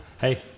Hey